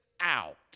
out